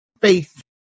faith